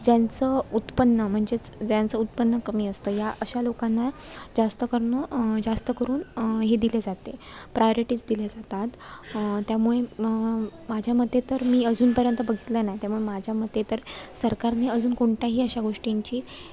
ज्यांचं उत्पन्न म्हणजेच ज्यांचं उत्पन्न कमी असतं या अशा लोकांना जास्त कर्न जास्त करून हे दिले जाते प्रायोरिटीज दिले जातात त्यामुळे माझ्या मते तर मी अजूनपर्यंत बघितलं नाही त्यामुळे माझ्या मते तर सरकारने अजून कोणत्याही अशा गोष्टींची